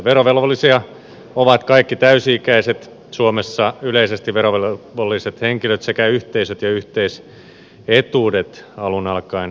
verovelvollisia ovat kaikki täysi ikäiset suomessa yleisesti verovelvolliset henkilöt sekä yhteisöt ja yhteisetuudet alun alkaen suunnitellun mukaisesti